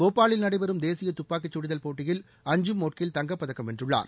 போபாலில் நடைபெறும் தேசிய துப்பாக்கிச் சுடுதல் போட்டியில் அஞ்சும் மோட்கில் தங்கப் பதக்கம் வென்றுள்ளார்